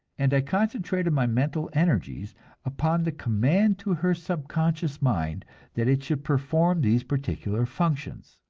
and i concentrated my mental energies upon the command to her subconscious mind that it should perform these particular functions.